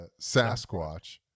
Sasquatch